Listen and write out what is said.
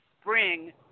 spring